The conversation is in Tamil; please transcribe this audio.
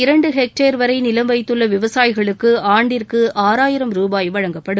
இரண்டு ஹெக்டேர் வரை நிலம் வைத்துள்ள விவசாயிகளுக்கு ஆண்டிற்கு ஆறாயிரம் ரூபாய் வழங்கப்படும்